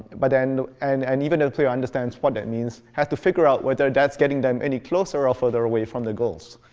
but and and and even if a player understands what that means, they have to figure out whether that's getting them any closer or further away from the goals.